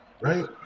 right